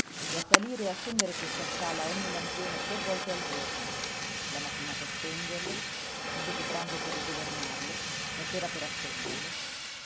e a salire e a scendere questa scala a ogni lampione tre volte al giorno la mattina per spengerlo il dopo pranzo per rigovernarlo la sera per accenderlo